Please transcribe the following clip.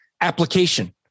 application